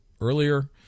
earlier